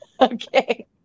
okay